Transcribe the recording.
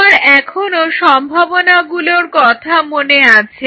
আমার এখনো সম্ভাবনাগুলোর কথা মনে আছে